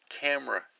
camera